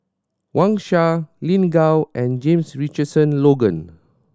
Wang Sha Lin Gao and James Richardson Logan